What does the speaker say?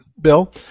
bill